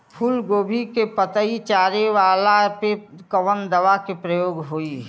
फूलगोभी के पतई चारे वाला पे कवन दवा के प्रयोग होई?